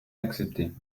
acceptée